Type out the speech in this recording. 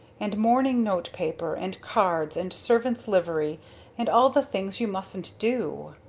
and mourning notepaper and cards and servant's livery and all the things you mustn't do!